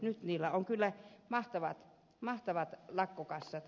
nyt niillä on kyllä mahtavat lakkokassat